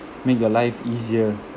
make your life easier